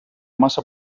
massa